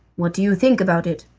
what do you think about it?